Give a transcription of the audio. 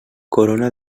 corona